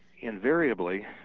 invariably